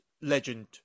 legend